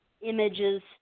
images